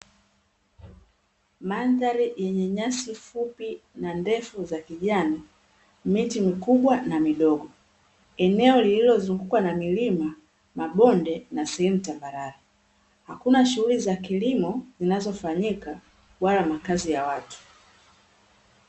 Mandhari yenye nyasi fupi na ndefu za kijani miti mikubwa na midogo eneo lililo zungukwa na milima Mabonde na sehemu tambarare hakuna shughuli za kilimo zinazofanyika wala makazi ya watu.